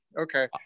Okay